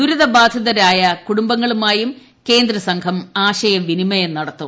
ദുരിത ബാധിതരായ കുടുംബങ്ങളുമായും കേന്ദ്ര സംഘം ആശയം വിനിമയം നടത്തും